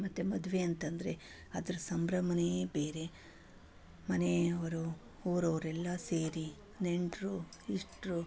ಮತ್ತೆ ಮದುವೆ ಅಂತಂದರೆ ಅದರ ಸಂಭ್ರಮವೇ ಬೇರೆ ಮನೆಯವರು ಊರವರೆಲ್ಲ ಸೇರಿ ನೆಂಟರು ಇಷ್ಟರು